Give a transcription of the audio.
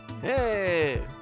hey